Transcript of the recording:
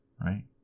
right